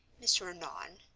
mr. annon,